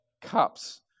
cups